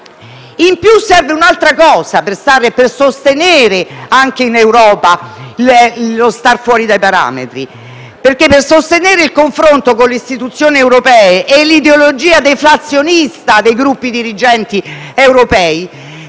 In più, serve un'altra cosa per sostenere, anche in Europa, lo star fuori dai parametri, perché per sostenere il confronto con le istituzioni europee e l'ideologia deflazionista dei gruppi dirigenti europei